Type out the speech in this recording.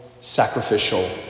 sacrificial